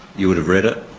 you would have read it.